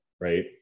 right